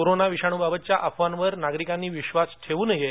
corona विषाणूबाबतच्या अफवांवर नागरिकांनी विश्वास ठेऊ नये